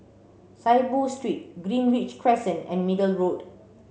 Saiboo Street Greenridge Crescent and Middle Road